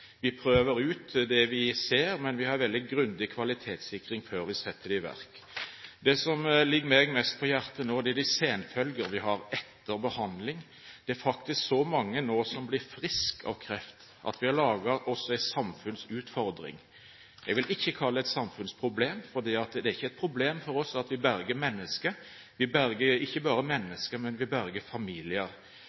vi i verdenstoppen. Vi prøver ut det vi ser, men vi har veldig grundig kvalitetssikring før vi setter det i verk. Det som ligger meg mest på hjertet nå, er de senfølgene vi har etter behandling. Det er faktisk så mange nå som blir friske av kreft, at vi har laget oss en samfunnsutfordring. Jeg vil ikke kalle det et samfunnsproblem, for det er ikke et problem for oss at vi berger mennesker. Og vi berger ikke bare mennesker, vi berger familier.